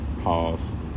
Pause